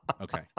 Okay